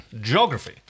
Geography